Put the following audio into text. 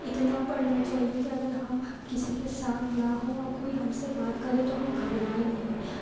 اتنا پڑھنا چاہیے کہ اگر ہم کسی کے ساتھ نہ ہوں اور کوئی ہم سے بات کرے تو ہم گھبرائیں نہیں